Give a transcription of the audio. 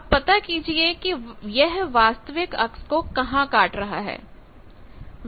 अब पता कीजिए कि यह वास्तविक अक्स को कहां से काट रहा है